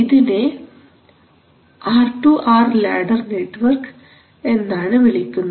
ഇതിനെ R two R ladder network എന്നാണ് വിളിക്കുന്നത്